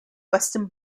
western